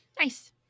nice